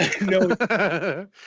No